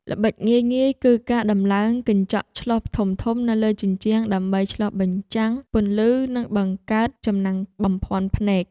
ល្បិចងាយៗគឺការដំឡើងកញ្ចក់ឆ្លុះធំៗនៅលើជញ្ជាំងដើម្បីឆ្លុះបញ្ចាំងពន្លឺនិងបង្កើតចំណាំងបំភាន់ភ្នែក។